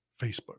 Facebook